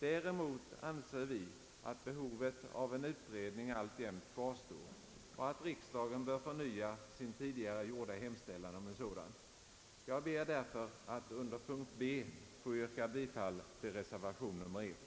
Däremot anser vi att behovet av en utredning alltjämt kvarstår och att riksdagen bör förnya sin tidigare gjorda hemställan om en sådan. Jag ber därför att under punkt B 2 få yrka bifall till reservation nr 1.